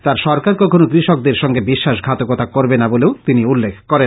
তার সরকার কখনো কৃষকদের সঙ্গে বিশ্বাস ঘাতকতা করবেনা বলেও তিনি উল্লেখ করেন